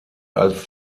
als